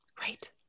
right